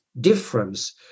difference